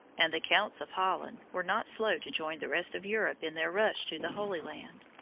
and the counts of holland were not slow to join the rest of europe in their rush to the holy land,